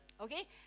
Okay